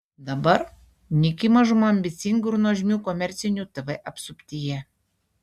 dabar nyki mažuma ambicingų ir nuožmių komercinių tv apsuptyje